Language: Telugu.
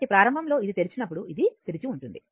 కాబట్టి ప్రారంభంలో ఇది తెరిచినప్పుడు ఇది తెరిచి ఉంటుంది